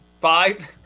Five